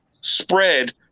spread